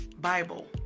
Bible